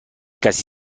casi